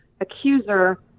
accuser